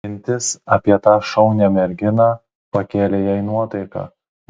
mintis apie tą šaunią merginą pakėlė jai nuotaiką